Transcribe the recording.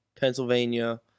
Pennsylvania